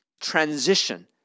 transition